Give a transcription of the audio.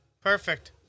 Perfect